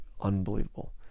unbelievable